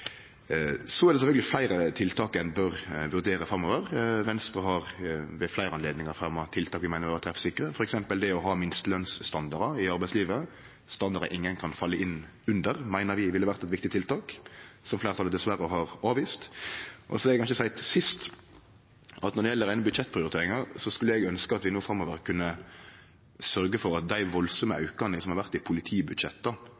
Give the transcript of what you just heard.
Så er det sjølvsagt fleire tiltak ein bør vurdere framover. Venstre har ved fleire høve fremja forslag til tiltak vi meiner er treffsikre, bl.a. det å ha minstelønsstandardar i arbeidslivet. Standardar ingen kan falle inn under, meiner vi ville vere eit viktig tiltak, som fleirtalet dessverre har avvist. Så vil eg seie til sist at når det gjeld reine budsjettprioriteringar, skulle eg ønskje at vi no framover kunne sørgje for at dei